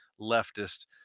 leftist